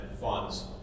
funds